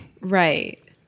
Right